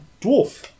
dwarf